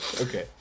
Okay